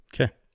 okay